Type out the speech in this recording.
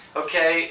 okay